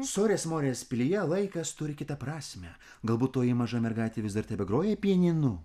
sorės morės pilyje laikas turi kitą prasmę galbūt toji maža mergaitė vis dar tebegroja pianinu